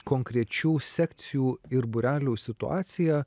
konkrečių sekcijų ir būrelių situacija